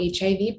HIV